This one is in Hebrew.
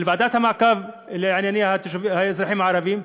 של ועדת המעקב לענייני האזרחים הערבים.